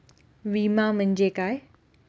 विमा म्हणजे काय?